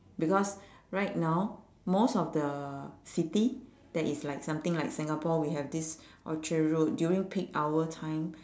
because right now most of the city that is like something like singapore we have this orchard road during peak hour time